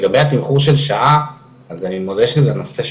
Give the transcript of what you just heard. לגבי התמחור של שעה, אנחנו לא